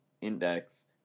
Index